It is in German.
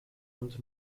und